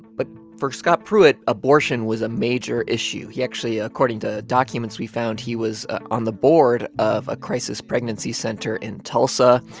but for scott pruitt, abortion was a major issue. he actually, according to documents we found, he was on the board of a crisis pregnancy center in tulsa.